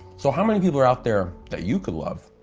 so how many people are out there that you could love?